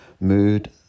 mood